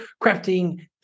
crafting